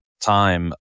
time